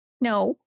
No